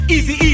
Easy